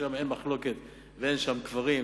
ששם אין מחלוקת ואין שם קברים,